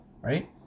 Right